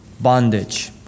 bondage